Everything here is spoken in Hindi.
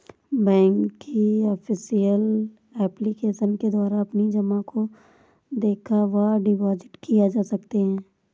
बैंक की ऑफिशियल एप्लीकेशन के द्वारा अपनी जमा को देखा व डिपॉजिट किए जा सकते हैं